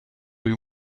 you